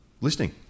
listening